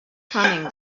coming